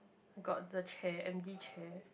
got the chair empty chair